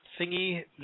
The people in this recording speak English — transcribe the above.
thingy